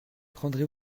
prendrez